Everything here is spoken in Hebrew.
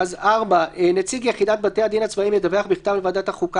(4) נציג יחידת בתי הדין הצבאיים ידווח בכתב לוועדת החוקה,